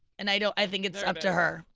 and i you know i think it's up to her.